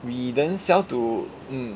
we then sell to mm